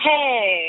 Hey